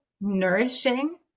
nourishing